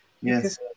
Yes